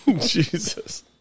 Jesus